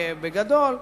בגדול,